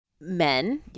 men